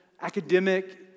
academic